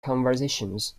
conversations